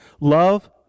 love